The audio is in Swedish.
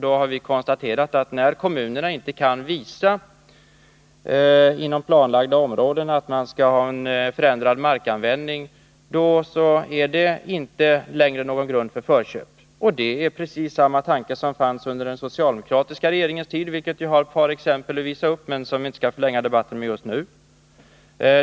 Då har vi konstaterat att när kommunerna inte kan visa på behov av en förändrad markanvändning inom planlagda områden, föreligger inte längre någon grund för förköp. Och det är precis samma tanke som fanns under den socialdemokratiska regeringens tid. Jag har ett par exempel på detta att visa upp, men jag vill inte förlänga debatten med dem just nu.